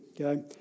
okay